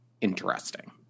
interesting